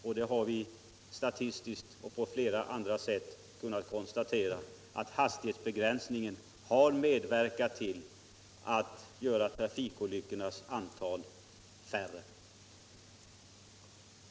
Vi har statistiskt och på flera andra sätt också kunnat konstatera att hastighetsbegränsning har medverkat till att minska trafikolyckornas antal.